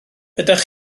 ydych